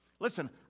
Listen